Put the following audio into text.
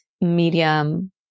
medium